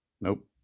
Nope